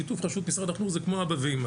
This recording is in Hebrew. שיתוף רשות משרד החינוך זה כמו אבא ואמא,